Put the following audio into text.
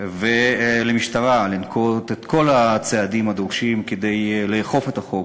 ולמשטרה לנקוט את כל הצעדים הדרושים כדי לאכוף את החוק.